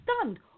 stunned